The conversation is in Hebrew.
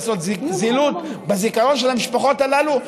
לעשות זילות בזיכרון של המשפחות הללו,